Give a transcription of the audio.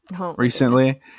recently